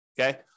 okay